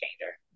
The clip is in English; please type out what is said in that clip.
changer